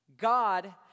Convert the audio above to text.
God